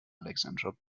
alexandra